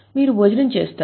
మీరు భోజనం చేస్తారు